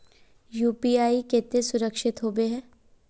UPI केते सुरक्षित होबे है?